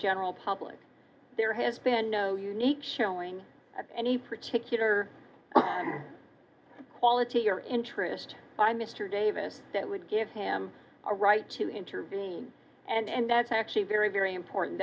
general public there has been no unique shelling of any particular quality or interest by mr davis that would give him a right to intervene and that's actually very very important